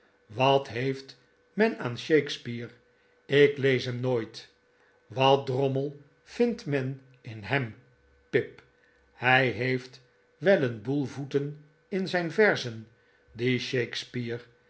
wat heeft men aan shakespeare ik lees hem nooit wat drommel vindt men in hem pip hij heeft wel een boel voeten in zijn verzen die shakespeare